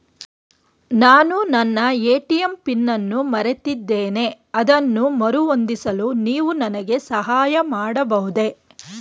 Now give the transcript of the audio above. ನಾನು ನನ್ನ ATM PIN ಅನ್ನು ಮರೆತಿದ್ದೇನೆ ಅದನ್ನು ಮರುಹೊಂದಿಸಲು ನೀವು ನನಗೆ ಸಹಾಯ ಮಾಡಬಹುದೇ?